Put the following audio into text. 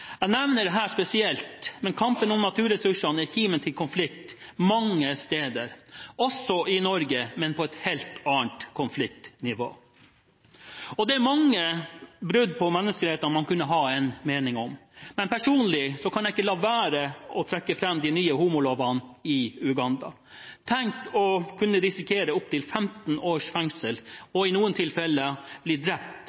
Jeg nevner dette spesielt, men kampen om naturressursene er kime til konflikt mange steder – også i Norge, men på et helt annet konfliktnivå. Det er mange brudd på menneskerettighetene man kunne ha en mening om, men personlig kan jeg ikke la være å trekke fram de nye homolovene i Uganda. Tenk å kunne risikere opp til 15 års fengsel